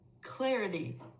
clarity